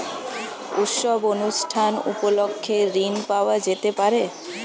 উৎসব অনুষ্ঠান উপলক্ষে ঋণ পাওয়া যেতে পারে?